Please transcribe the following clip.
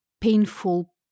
painful